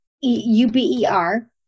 U-B-E-R